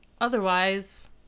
otherwise